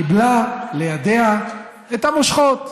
קיבלה לידיה את המושכות.